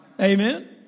Amen